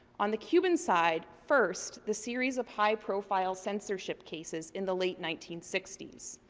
on the cuban side, first, the series of high profile censorship cases in the late nineteen sixty s.